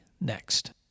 next